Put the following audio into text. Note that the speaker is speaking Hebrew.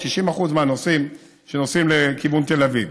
90% מהנוסעים שנוסעים לכיוון תל אביב.